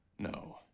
no.